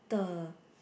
the